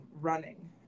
running